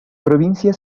provincia